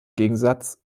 gegensatz